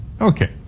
Okay